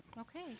Okay